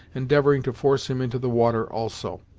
endeavoring to force him into the water, also.